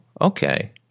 okay